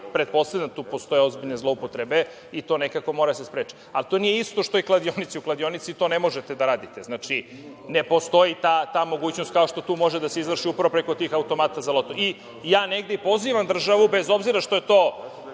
pretpostavljam da tu postoje ozbiljne zloupotrebe i to nekako mora da se spreči. Ali to nije isto što i u kladionici, u kladionici to ne možete da radite. Znači, ne postoji ta mogućnost, kao što tu može da se izvrši upravo preko tih automata za loto. Pozivam državu, bez obzira što je to